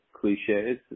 cliches